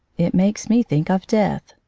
it makes me think of death,